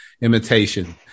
imitation